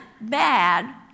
bad